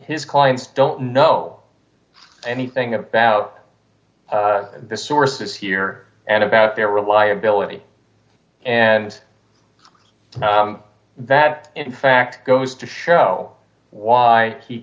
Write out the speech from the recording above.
his clients don't know anything about the sources here and about their reliability and that in fact goes to show why he